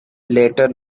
later